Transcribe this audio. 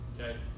Okay